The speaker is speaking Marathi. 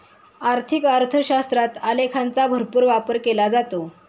आर्थिक अर्थशास्त्रात आलेखांचा भरपूर वापर केला जातो